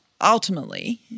ultimately